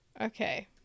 okay